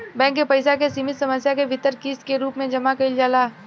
bank के पइसा के सीमित समय के भीतर किस्त के रूप में जामा कईल जाला